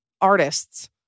artists